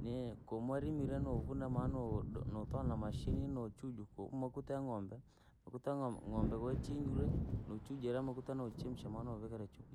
ni komonimirie novuna maana nudo nutoa na mashine nuuchuja, koo makuta ya ng'ombe, makuta ya ng'o- ng'oombe wouchinjire, nochuja makuta, nochemsha maana novikire